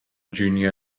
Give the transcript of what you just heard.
junior